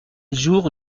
jour